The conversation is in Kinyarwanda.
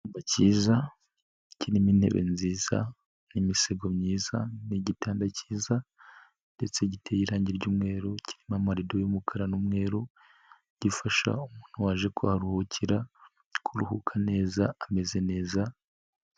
Icyumba cyiza kirimo intebe nziza n'imisego myiza nigitanda cyiza, ndetse giteye irangi ry'umweru, kirimo amarido y'umukara n'umweru, gifasha umuntu waje kuharuhukira kuruhuka neza ameze neza.